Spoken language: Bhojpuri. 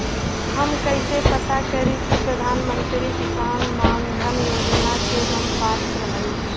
हम कइसे पता करी कि प्रधान मंत्री किसान मानधन योजना के हम पात्र हई?